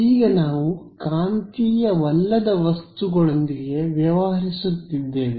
ಈಗ ನಾವು ಕಾಂತೀಯವಲ್ಲದ ವಸ್ತುಗಳೊಂದಿಗೆ ವ್ಯವಹರಿಸುತ್ತಿದ್ದೇವೆ